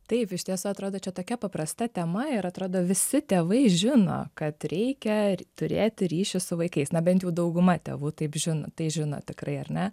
taip išties atrodo čia tokia paprasta tema ir atrodo visi tėvai žino kad reikia turėti ryšį su vaikais na bent jau dauguma tėvų taip žino tai žino tikrai ar ne